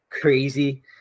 crazy